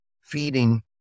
feeding